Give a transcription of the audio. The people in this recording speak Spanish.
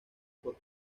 por